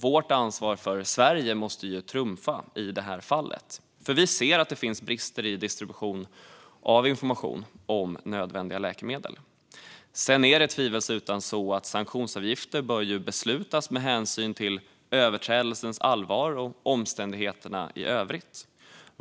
Vårt ansvar för Sverige måste trumfa i det här fallet, när vi ser att det finns brister i distribution av information om nödvändiga läkemedel. Sedan är det tvivelsutan så att sanktionsavgifter bör beslutas med hänsyn till överträdelsens allvar och omständigheterna i övrigt.